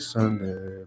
Sunday